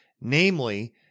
namely